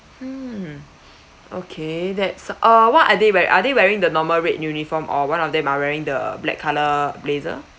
hmm okay that's uh what are they are wearing are they wearing the normal red uniform or one of them are wearing the black colour blazer